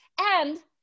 and-